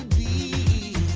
the